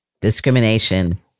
discrimination